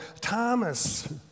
Thomas